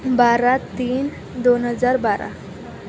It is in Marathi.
बारा तीन दोन हजार बारा